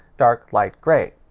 dark light grey.